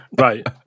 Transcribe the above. Right